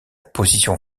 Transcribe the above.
position